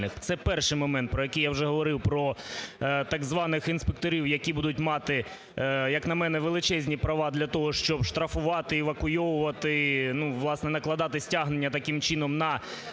Це перший момент, про який я вже говорив, про так званих інспекторів, які будуть мати, як на мене, величезні права для того, щоб штрафувати, евакуйовувати, ну, власне, накладати стягнення таким чином на